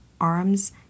arms